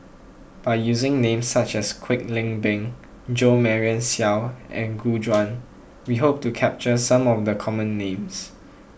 by using names such as Kwek Leng Beng Jo Marion Seow and Gu Juan we hope to capture some of the common names